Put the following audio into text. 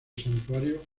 santuario